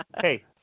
hey